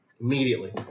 immediately